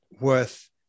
worth